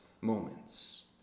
moments